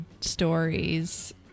stories